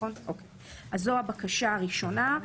זו הבקשה הראשונה.